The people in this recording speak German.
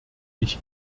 ich